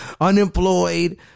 unemployed